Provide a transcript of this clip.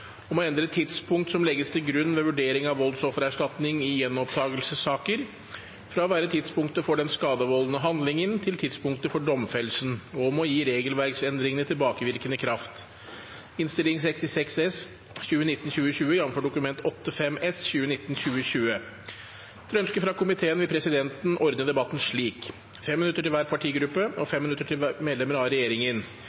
om å endre tidspunktet som legges til grunn ved vurdering av voldsoffererstatning i gjenopptakelsessaker, fra å være tidspunktet for den skadevoldende handlingen til tidspunktet for domfellelsen, og om å gi regelverksendringene tilbakevirkende kraft. Komiteen har vist til